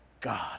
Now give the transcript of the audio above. God